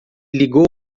ligou